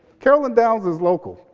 carolyn downs is local.